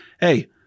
hey